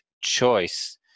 choice